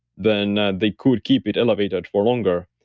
then they could keep it elevated for longer.